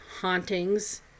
hauntings